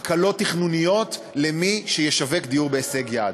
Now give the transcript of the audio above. הקלות תכנוניות למי שישווק דיור בהישג יד.